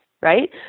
right